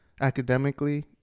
academically